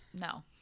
No